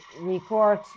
record